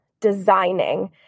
designing